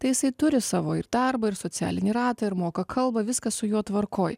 tai jisai turi savo ir darbą ir socialinį ratą ir moka kalbą viskas su juo tvarkoj